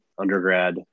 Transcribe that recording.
undergrad